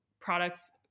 Products